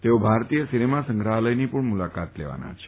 તેઓ ભારતીય સિનેમા સંગ્રફાલથની પણ મુલાકાત લેશે